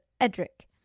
Edric